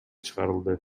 чыгарылды